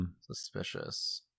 Suspicious